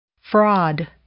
fraud